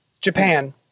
japan